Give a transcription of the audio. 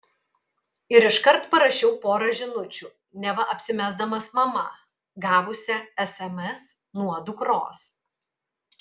ir iškart parašiau porą žinučių neva apsimesdamas mama gavusia sms nuo dukros